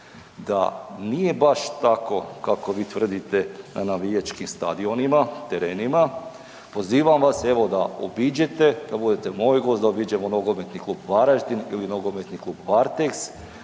Da nije baš tako kako vi tvrdite na navijačkim stadionima, terenima, pozivam vas evo da obiđete, da budete moj gost, da obiđemo NK Varaždin ili NK Varteks,